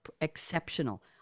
exceptional